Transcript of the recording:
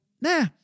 nah